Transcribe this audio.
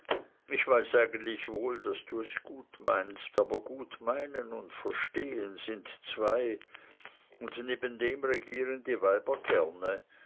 ich weiß eigentlich wohl daß du es gut meinst aber gut meinen und verstehen sind zwei und nebendem regieren die weiber gerne